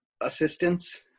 assistance